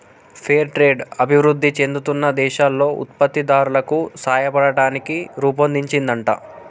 fair trade అభివృధి చెందుతున్న దేశాల్లో ఉత్పత్తి దారులకు సాయపడతానికి రుపొన్దించిందంట